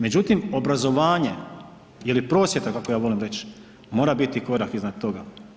Međutim, obrazovanje ili prosvjeta kako ja volim reći mora biti korak iznad toga.